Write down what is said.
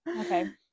Okay